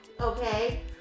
Okay